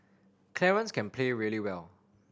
Clarence can play really well